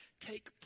take